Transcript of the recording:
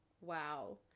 Wow